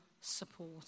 support